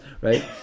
right